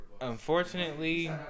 unfortunately